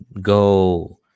go